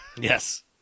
Yes